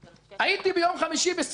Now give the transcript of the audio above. הייתי ביום חמישי בסיור.